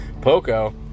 Poco